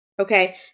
Okay